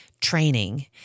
training